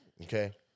okay